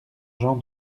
jean